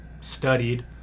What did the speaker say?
studied